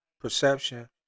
perception